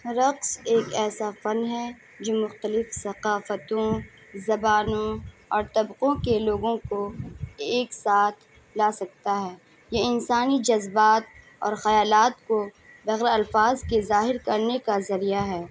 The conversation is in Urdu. رقص ایک ایسا فن ہے جو مختلف ثقافتوں زبانوں اور طبقوں کے لوگوں کو ایک ساتھ لا سکتا ہے یہ انسانی جذبات اور خیالات کو بغیر الفاظ کے ظاہر کرنے کا ذریعہ ہے